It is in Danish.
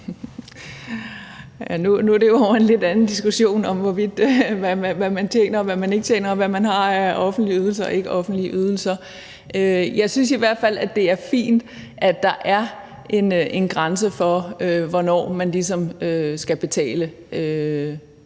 Nu er det jo ovre i en lidt anden diskussion om, hvad man tjener og ikke tjener, og hvad man har af offentlige ydelser og ikke offentlige ydelser. Jeg synes i hvert fald, at det er fint, at der er en grænse for, hvornår man ligesom skal betale